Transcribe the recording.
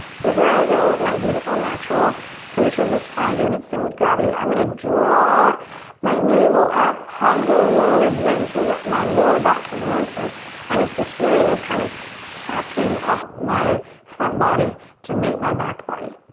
so here i go of my beautiful natural curvature of the spine doing its thing with gravity. i'm gonna draw my navel up, hug the little ribs so that my lower back can lengthen and it's this feeling of kind of sucking up my front body to meet my back body.